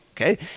Okay